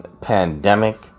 pandemic